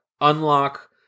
unlock